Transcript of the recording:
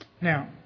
Now